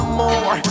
more